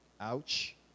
Ouch